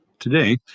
Today